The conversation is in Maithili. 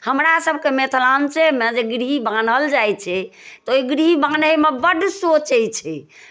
हमरासभके मिथिलाञ्चलमे जे गृह बान्हल जाइ छै तऽ ओहि गृह बान्हयमे बड्ड सोचै छै